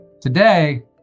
Today